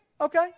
Okay